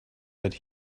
that